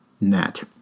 net